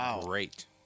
great